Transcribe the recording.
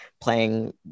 playing